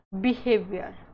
behavior